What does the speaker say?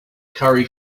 curry